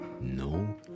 No